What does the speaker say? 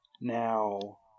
now